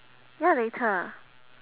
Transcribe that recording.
ya later